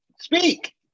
Speak